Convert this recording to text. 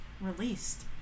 released